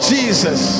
Jesus